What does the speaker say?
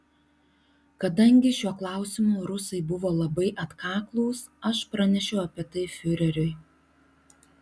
kadangi šiuo klausimu rusai buvo labai atkaklūs aš pranešiau apie tai fiureriui